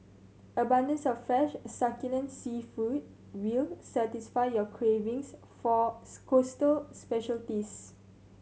abundance of fresh succulent seafood will satisfy your cravings for coastal specialities